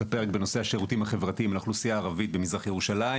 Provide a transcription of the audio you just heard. את הפרק בנושא השירותים החברתיים לאוכלוסייה הערבית במזרח ירושלים,